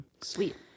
Sweet